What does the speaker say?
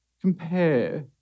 compare